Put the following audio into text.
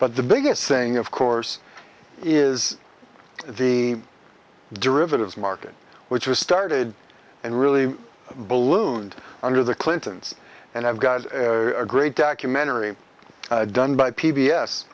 but the biggest saying of course is the derivatives market which was started and really ballooned under the clintons and i've got a great documentary done by p